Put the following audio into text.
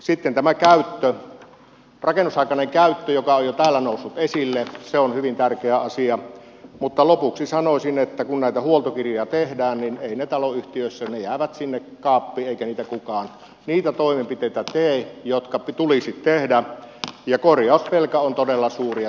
sitten tämä rakennusaikainen käyttö joka on jo täällä noussut esille on hyvin tärkeä asia mutta lopuksi sanoisin että kun näitä huoltokirjoja tehdään niin taloyhtiöissä ne jäävät sinne kaappiin eikä kukaan tee niitä toimenpiteitä jotka tulisi tehdä ja korjausvelka on todella suuri